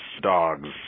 dogs